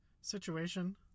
situation